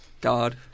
God